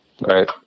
Right